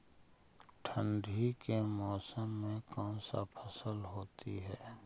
ठंडी के मौसम में कौन सा फसल होती है?